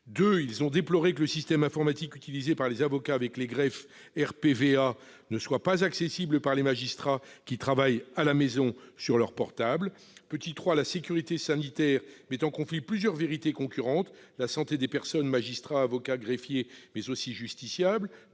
Ils ont déploré que le système informatique utilisé par les avocats avec les greffes, RPVA, ne soit pas accessible par les magistrats travaillant à leur domicile sur leur portable. Ils ont considéré que la sécurité sanitaire mettait en conflit plusieurs vérités concurrentes : la santé des personnes- des magistrats, des avocats, des greffiers, mais aussi des justiciables,